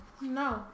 no